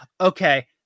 okay